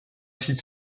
site